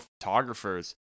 photographers